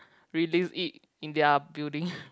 release it in their building